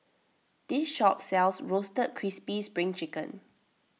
this shop sells Roasted Crispy Spring Chicken